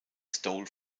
stole